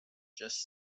just